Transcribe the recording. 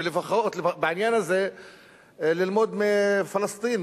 ולפחות בעניין הזה ללמוד מפלסטין,